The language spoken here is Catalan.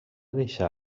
deixar